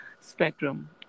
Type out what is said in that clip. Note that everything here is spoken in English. spectrum